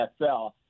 NFL